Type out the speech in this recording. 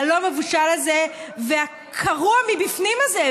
הלא-מבושל הזה והקרוע-מבפנים הזה,